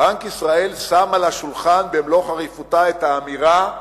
בנק ישראל שם על השולחן במלוא חריפותה את האמירה: